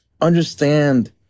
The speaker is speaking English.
understand